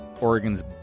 Oregon's